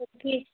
ਉੱਥੇ ਹੀ